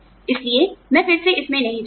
इसलिए मैं फिर से इसमें नहीं जाऊंगी